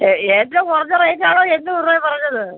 ഏ ഏറ്റവും കുറഞ്ഞ റേറ്റ് ആണോ എണ്ണൂറ് രൂപ പറഞ്ഞത്